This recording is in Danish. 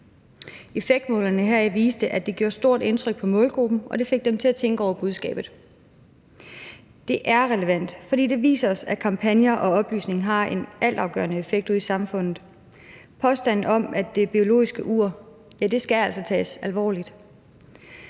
Effektmålingerne viste, at den gjorde stort indtryk på målgruppen og fik dem til at tænke over budskabet. Det er relevant, for det viser os, at kampagner og oplysning har en altafgørende effekt ude i samfundet. Påstanden om det biologiske ur skal altid tages alvorligt.